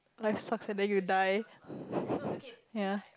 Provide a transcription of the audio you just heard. life sucks and then you die